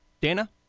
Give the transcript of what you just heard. Dana